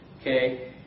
Okay